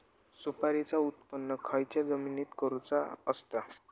सुपारीचा उत्त्पन खयच्या जमिनीत करूचा असता?